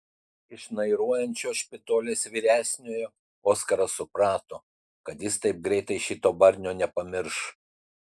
iš šnairuojančio špitolės vyresniojo oskaras suprato kad jis taip greitai šito barnio nepamirš